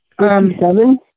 Seven